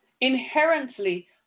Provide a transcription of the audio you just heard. inherently